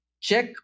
check